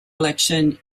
election